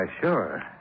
sure